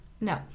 no